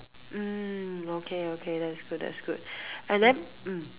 mm okay okay that's good that's good and then mm